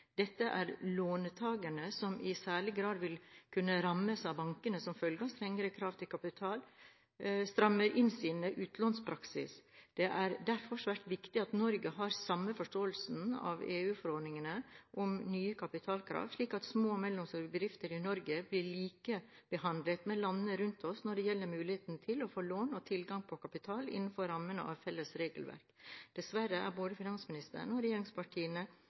Dette er låntagere som i særlig grad vil kunne rammes når bankene – som følge av strengere krav til kapital – strammer inn sin utlånspraksis. Det er derfor svært viktig at Norge har samme forståelse av EU-forordningen om nye kapitalkrav, slik at små og mellomstore bedrifter i Norge blir likebehandlet med landene rundt oss når det gjelder muligheten til å få lån og tilgang på kapital innenfor rammene av et felles regelverk. Dessverre er både finansministeren og regjeringspartiene